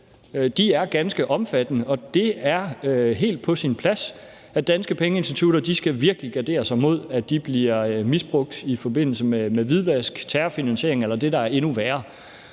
De er ganske omfattende, og det er helt på sin plads, at danske pengeinstitutter virkelig skal gardere sig imod, at de bliver misbrugt i forbindelse med hvidvask, terrorfinansiering eller det, der er endnu værre.